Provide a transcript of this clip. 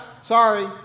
sorry